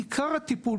עיקר הטיפול,